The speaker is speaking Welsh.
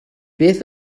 beth